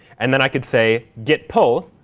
and then i could say git pull.